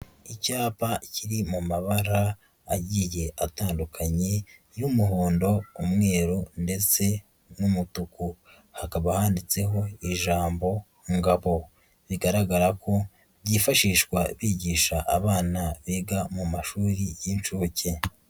Icyapa kiri mu mabara agiye atandukanye, y'umuhondo, umweru ndetse n'umutuku, hakaba handitseho ijambo "Ngabo", bigaragara ko byifashishwa bigisha abana biga mu mashuri y'inshuke.